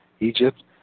Egypt